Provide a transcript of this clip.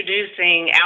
introducing